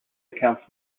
accounts